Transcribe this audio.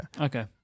okay